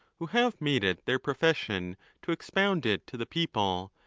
who have made it their profession to expound it to the people,